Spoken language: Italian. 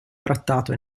trattato